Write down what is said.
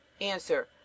Answer